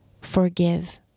forgive